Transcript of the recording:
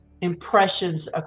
impressions